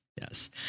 Yes